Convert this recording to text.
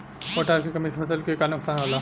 Potash के कमी से फसल के का नुकसान होला?